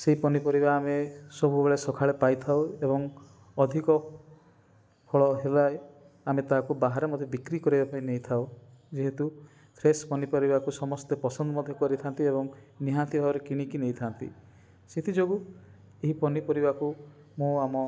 ସେଇ ପନିପରିବା ଆମେ ସବୁବେଳେ ସକାଳେ ପାଇଥାଉ ଏବଂ ଅଧିକ ଫଳହେଲେ ଆମେ ତାକୁ ବାହାରେ ମଧ୍ୟ ବିକ୍ରି କରିବାପାଇଁ ନେଇଥାଉ ଯେହେତୁ ଫ୍ରେଶ୍ ପନିପରିବାକୁ ସମସ୍ତେ ପସନ୍ଦ ମଧ୍ୟ ମଧ୍ୟ କରିଥାନ୍ତି ଏବଂ ନିହାତି ଭାବରେ କିଣିକି ନେଇଥାନ୍ତି ସେଥିଯୋଗୁଁ ଏହି ପନିପରିବାକୁ ମୁଁ ଆମ